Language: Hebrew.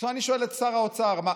עכשיו אני שואל את שר האוצר: מה,